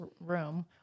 room